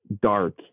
dark